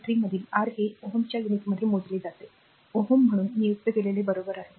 3 मधील आर हे Ω च्या युनिटमध्ये मोजले जाते Ω म्हणून नियुक्त केलेले बरोबर तर समीकरण 2